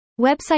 Website